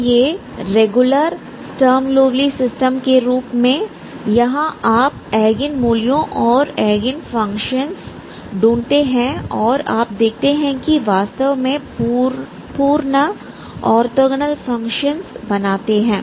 तो ये regular Sturm Liouville system के रूप में यहां आप एगेन मूल्यों और एगेन फंक्शंस ढूंढते हैं और आप देखते हैं कि वास्तव में पूर्ण ऑर्थोगोनल फंक्शंस बनाते हैं